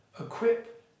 equip